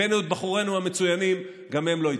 הבאנו את בחורינו המצוינים גם הם לא הצליחו.